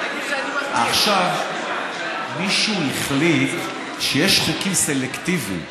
עכשיו, מישהו החליט שיש חוקים סלקטיביים.